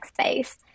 space